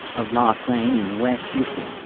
of locke lane in west houston.